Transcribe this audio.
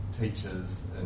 teachers